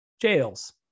jails